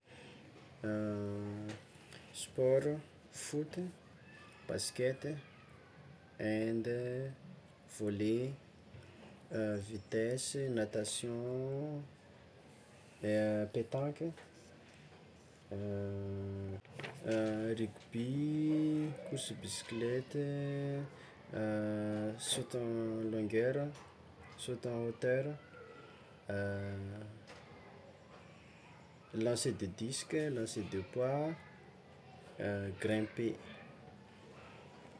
Sport: foot, basket, hand, volley, vitesse, natation, petanque, rugby, course bisikleta, saut en longueur, saut en hauteur, lancer de disque, lancer de poids, grimper.